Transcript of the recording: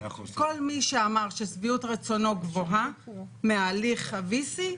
כל מי שאמר ששביעות רצונו גבוהה מהליך ה-VC,